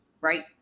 right